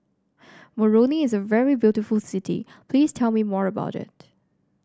Moroni is a very beautiful city please tell me more about it